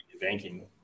banking